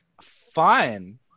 Fun